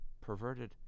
perverted